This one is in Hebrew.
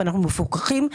אנחנו מפוקחים,